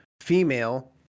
female